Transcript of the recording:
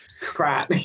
crap